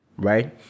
Right